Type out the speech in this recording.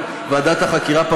אתה,